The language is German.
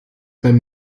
beim